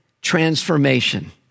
transformation